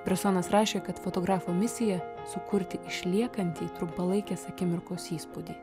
bresonas rašė kad fotografo misija sukurti išliekantį trumpalaikės akimirkos įspūdį